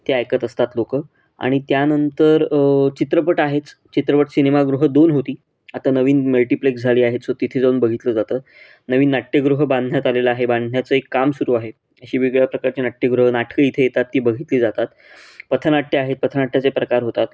ते ऐकत असतात लोक आणि त्यानंतर चित्रपट आहेच चित्रपट सिनेमागृह दोन होती आता नवीन मल्टिप्लेक्स झाली आहेत सो तिथे जाऊन बघितलं जातं नवीन नाट्यगृह बांधण्यात आलेलं आहे बांधण्याचं एक काम सुरू आहे अशी वेगवेगळ्या प्रकारचे नाट्यगृह नाटकं इथे येतात ती बघितली जातात पथनाट्य आहेत पथनाट्याचे प्रकार होतात